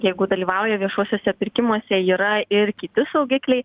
jeigu dalyvauja viešuosiuose pirkimuose yra ir kiti saugikliai